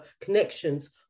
connections